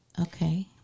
Okay